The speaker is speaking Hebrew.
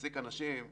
מעסיק אנשים בשירות,